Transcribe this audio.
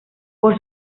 por